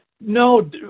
no